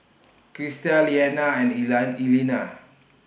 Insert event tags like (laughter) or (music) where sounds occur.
Krysta Leanna and (unintelligible) Elena